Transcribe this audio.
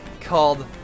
called